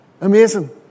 Amazing